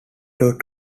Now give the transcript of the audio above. dot